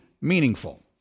meaningful